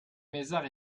mézard